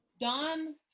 Don